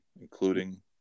including